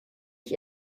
ich